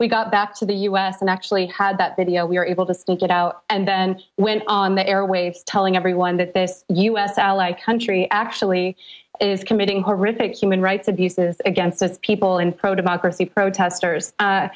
we got back to the u s and actually had that video we were able to get out and then went on the airwaves telling everyone that this u s ally country actually is committing horrific human rights abuses against its people and pro democracy protesters